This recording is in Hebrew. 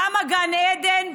כמה גן עדן,